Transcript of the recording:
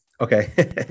Okay